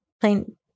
Plain